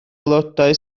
aelodau